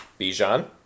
Bijan